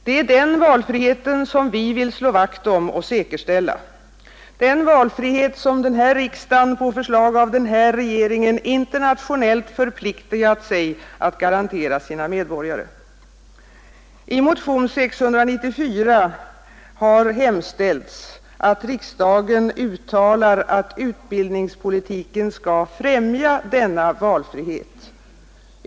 Det är den valfriheten som vi vill slå vakt om och säkerställa — den valfrihet som denna riksdag på förslag av denna regering internationellt förpliktat sig att garantera sina medborgare. I motionen 694 har hemställts att riksdagen uttalar att utbildningspolitiken skall främja denna valfrihet.